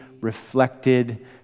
reflected